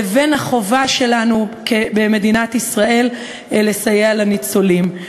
לבין החובה שלנו במדינת ישראל לסייע לניצולים.